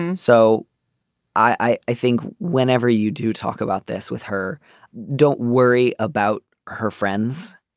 and so i think whenever you do talk about this with her don't worry about her friends.